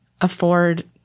afford